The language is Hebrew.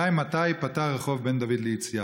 2. מתי ייפתח רחוב בן דוד ליציאה?